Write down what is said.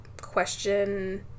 question